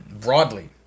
broadly